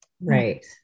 Right